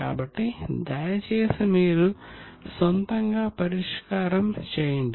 కాబట్టి దయచేసి మీరు సొంతంగా పరిష్కారం చేయండి